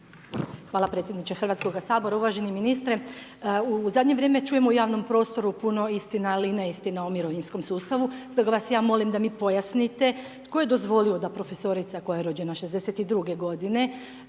Hvala predsjednice Hrvatskog sabora, uvaženi ministre. U zadnje vrijeme, čujem u javnom prostoru, puno istina, ali i neistina o mirovinskom sustavu, stoga vas ja molim da mi pojasnite, tko je dozvolio da profesorica koja je rođena '62. g. će